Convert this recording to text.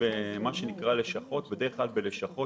משרתים בלשכות, בדרך כלל לשכות